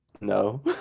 No